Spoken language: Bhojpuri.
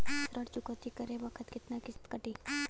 ऋण चुकौती करे बखत केतना किस्त कटी?